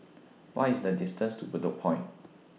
What IS The distance to Bedok Point